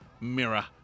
Mirror